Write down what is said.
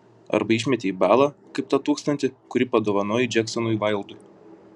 arba išmetei į balą kaip tą tūkstantį kurį padovanojai džeksonui vaildui